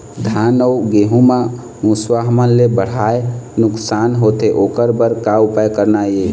धान अउ गेहूं म मुसवा हमन ले बड़हाए नुकसान होथे ओकर बर का उपाय करना ये?